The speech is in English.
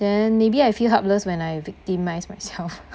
then maybe I feel helpless when I victimised myself